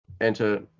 Enter